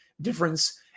difference